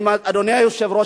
אדוני היושב-ראש,